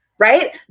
right